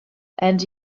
and